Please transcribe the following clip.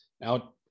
Now